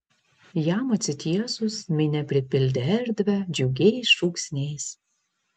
jam atsitiesus minia pripildė erdvę džiugiais šūksniais